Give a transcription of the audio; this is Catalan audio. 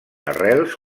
arrels